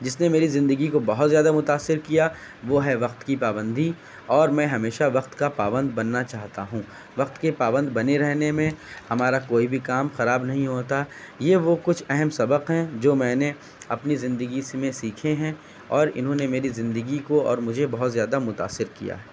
جس نے میری زندگی کو بہت زیادہ متأثر کیا وہ ہے وقت کی پابندی اور میں ہمیشہ وقت کا پابند بننا چاہتا ہوں وقت کے پابند بنے رہنے میں ہمارا کوئی بھی کام خراب نہیں ہوتا یہ وہ کچھ اہم سبق ہیں جو میں نے اپنی زندگی میں سیکھے ہیں اور انہوں نے میری زندگی کو اور مجھے بہت زیادہ متأثر کیا ہے